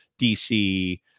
DC